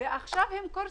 עכשיו האנשים קורסים,